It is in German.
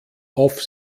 auf